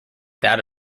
that